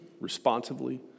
responsively